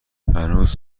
هنوز